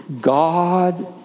God